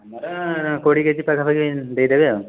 ଆମର କୋଡ଼ିଏ କେଜି ପାଖାପାଖି ଦେଇଦେବେ